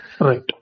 Right